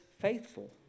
faithful